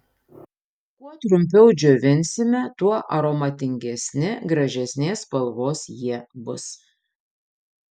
kuo trumpiau džiovinsime tuo aromatingesni gražesnės spalvos jie bus